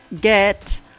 get